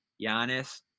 Giannis